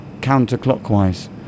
counterclockwise